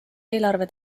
eelarve